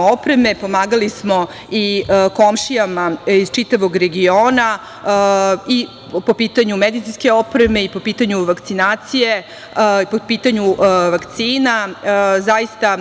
opreme, pomagali smo i komšijama iz čitavog regiona i po pitanju medicinske opreme i po pitanju vakcinacije, vakcina. Zaista,